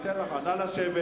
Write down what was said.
נא לשבת